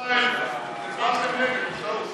ישראל, הצבעתם נגד בטעות.